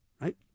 right